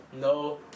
No